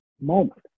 moment